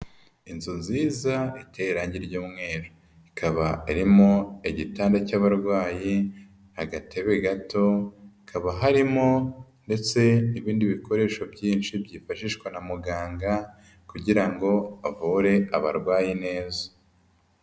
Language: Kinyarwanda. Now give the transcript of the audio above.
Inzu nziza iteye irange ry'mweru, ikaba Irimo igitanda cy'abarwayi, agatebe gato hakaba harimo ndetse ibindi bikoresho byinshi byifashishwa na muganga kugira ngo avure abarwaye neza.